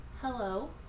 Hello